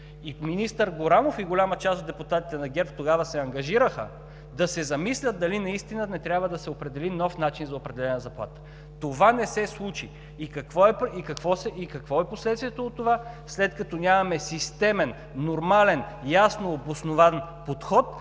Министър Горанов и голяма част от депутатите на ГЕРБ тогава се ангажираха да се замислят дали наистина не трябва да се определи нов начин за определяне на заплатата. Това не се случи. И какво е последствието от това? След като нямаме системен, нормален, ясно обоснован подход,